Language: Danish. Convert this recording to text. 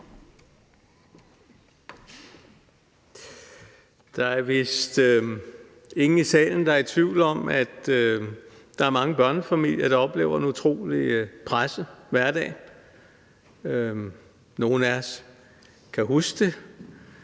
Der er vist ingen i salen, der er i tvivl om, at der er mange børnefamilier, der oplever en utrolig presset hverdag. Nogle af os kan huske det